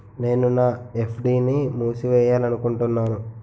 నేను నా ఎఫ్.డి ని మూసివేయాలనుకుంటున్నాను